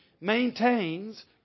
maintains